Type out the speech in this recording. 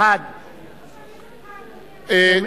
לא שומעים אותך, אדוני השר.